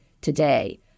today